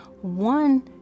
One